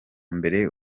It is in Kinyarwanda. mbere